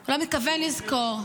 הוא לא מתכוון לזכור.